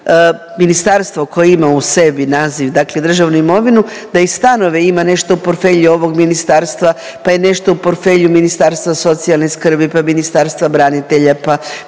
stanovi ministarstva koje ima u sebi naziv dakle državnu imovinu, da i stanova ima nešto u portfelju ovog ministarstva, pa je nešto u portfelju Ministarstva socijalne skrbi, pa Ministarstva branitelja, pa Ministarstva obrane,